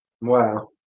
Wow